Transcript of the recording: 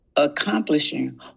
accomplishing